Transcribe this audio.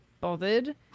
bothered